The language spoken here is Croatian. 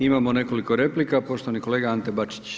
Imamo nekoliko replika, poštovani kolega Ante Bačić.